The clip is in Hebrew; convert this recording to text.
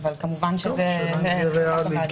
אך זה להחלטת הוועדה.